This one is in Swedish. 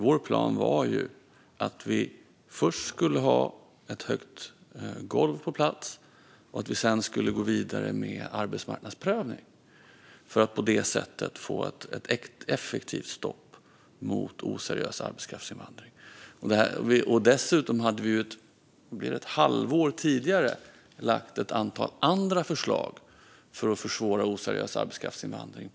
Vår plan var att vi först skulle ha ett högt golv på plats. Sedan skulle vi gå vidare med arbetsmarknadsprövning för att på det sättet få ett effektivt stopp för oseriös arbetskraftsinvandring. Dessutom hade vi ett halvår tidigare lagt fram ett antal andra förslag på riksdagens bord för att försvåra oseriös arbetskraftsinvandring.